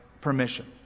permission